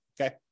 okay